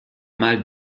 mal